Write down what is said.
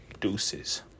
Deuces